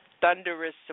thunderous